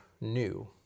new